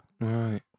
right